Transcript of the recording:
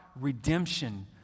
redemption